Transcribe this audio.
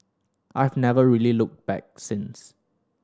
I have never really looked back since